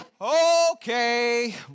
Okay